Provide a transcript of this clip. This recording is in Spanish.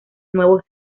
nuevos